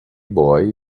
boy